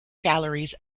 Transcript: galleries